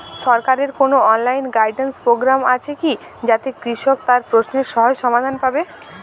সরকারের কোনো online guidance programme আছে কি যাতে কৃষক তার প্রশ্নের সহজ সমাধান পাবে?